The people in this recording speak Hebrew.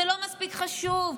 זה לא מספיק חשוב.